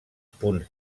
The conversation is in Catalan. punts